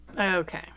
Okay